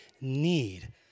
need